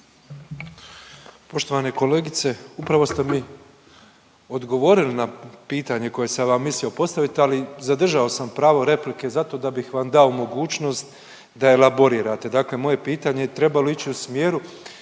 Poštovana kolegice, upravo ste mi odgovorili na pitanje koje sam vam mislio postaviti, ali zadržao sam pravo replike zato da bih vam dao mogućnost da elaborirate. Dakle, moje pitanje je trebalo ići u smjeru